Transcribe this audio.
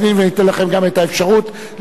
ניתן לכם גם אפשרות לברך,